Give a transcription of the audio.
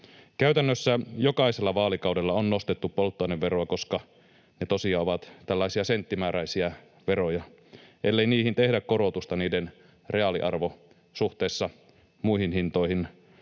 Käytännössä jokaisella vaalikaudella on nostettu polttoaineveroa, koska ne tosiaan ovat tällaisia senttimääräisiä veroja. Ellei niihin tehdä korotusta, niiden reaaliarvo suhteessa muihin hintoihin